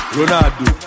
Ronaldo